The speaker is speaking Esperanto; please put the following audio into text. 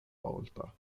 balta